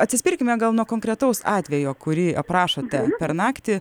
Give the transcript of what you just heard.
atsispirkime gal nuo konkretaus atvejo kurį aprašote per naktį